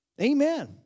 Amen